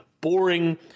boring